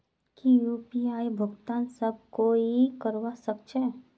की यु.पी.आई भुगतान सब कोई ई करवा सकछै?